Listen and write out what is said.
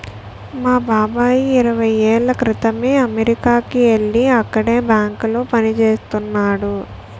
మా బాబాయి ఇరవై ఏళ్ళ క్రితమే అమెరికాకి యెల్లి అక్కడే బ్యాంకులో పనిజేత్తన్నాడు